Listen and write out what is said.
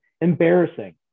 embarrassing